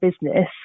business